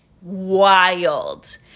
wild